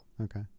Okay